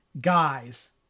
guys